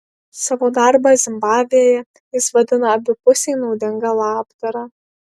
savo darbą zimbabvėje jis vadina abipusiai naudinga labdara